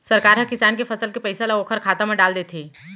सरकार ह किसान के फसल के पइसा ल ओखर खाता म डाल देथे